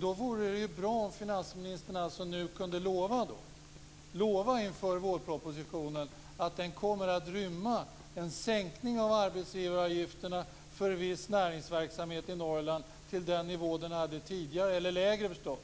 Då vore det bra om finansministern nu inför vårpropositionen kunde lova dels att denna kommer att rymma en sänkning av arbetsgivaravgifterna för viss näringsverksamhet i Norrland till den nivå de hade tidigare eller lägre, dels